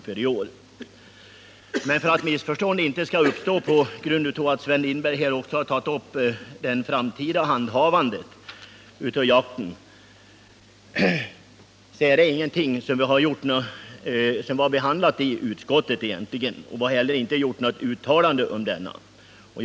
För att missförstånd inte skall uppstå på grund av att Sven Lindberg också tagit upp det framtida handhavandet av jakten, vill jag säga att detta egentligen inte är någonting som har behandlats i utskottet. Vi har inte heller gjort något uttalande om den saken.